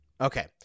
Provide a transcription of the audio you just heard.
Okay